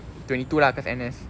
twenty two lah cause N_S